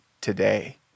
today